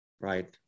Right